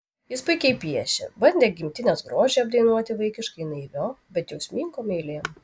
jis puikiai piešė bandė gimtinės grožį apdainuoti vaikiškai naiviom bet jausmingom eilėm